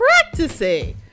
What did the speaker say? practicing